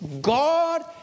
God